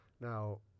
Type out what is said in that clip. Now